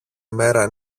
μέρα